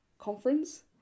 Conference